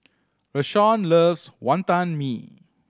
Rashawn loves Wantan Mee